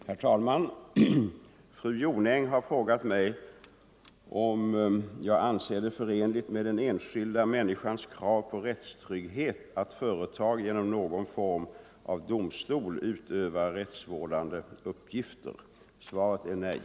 Herr talman! Fru Jonäng har frågat mig om jag anser det förenligt med den enskilda människans krav på rättstrygghet att företag genom någon form av domstol utövar rättsvårdande uppgifter. Svaret är nej.